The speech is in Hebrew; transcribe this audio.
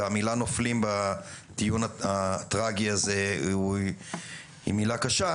כי המילה "נופלים" בטיעון הטרגי הזה היא מילה קשה